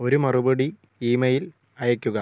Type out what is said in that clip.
ഒരു മറുപടി ഇമെയിൽ അയയ്ക്കുക